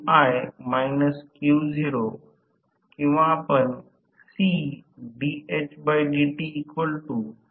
म्हणून आरंभात S 1 जेव्हा स्लिप 1